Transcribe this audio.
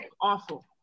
awful